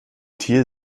thiel